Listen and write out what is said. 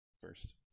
first